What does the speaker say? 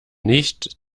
nicht